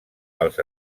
als